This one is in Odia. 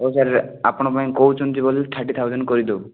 ହଉ ସାର୍ ଆପଣଙ୍କ ପାଇଁ କହୁଛନ୍ତି ବୋଲି ଥାର୍ଟି ଥାଉଜେଣ୍ଡ୍ କରିଦେବୁ